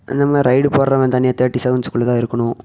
அந்த மாதிரி ரைடு போடுறவன் தனியாக தேர்ட்டி செகண்ட்ஸ்குள்ள தான் இருக்கணும்